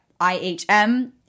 IHM